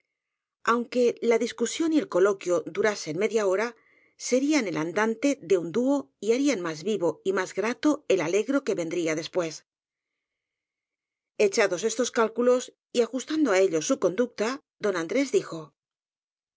aunque la discusión y el coloquio durasen media hora serian el andante de un dúo y harían más vivo y más grato el allegro que vendría después echados estos cálculos y ajustando á ellos su conducta don andrés dijo